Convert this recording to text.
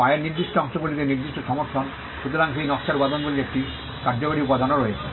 পায়ের নির্দিষ্ট অংশগুলিতে নির্দিষ্ট সমর্থন সুতরাং সেই নকশার উপাদানগুলির একটি কার্যকরী উপাদানও রয়েছে